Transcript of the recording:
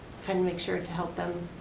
and make sure to help them,